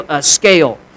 scale